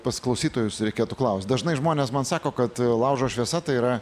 pas klausytojus reikėtų klaust dažnai žmonės man sako kad laužo šviesa tai yra